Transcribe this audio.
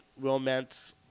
romance